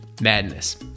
madness